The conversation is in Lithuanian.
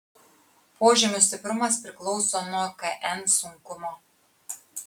požymių stiprumas priklauso nuo kn sunkumo